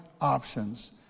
options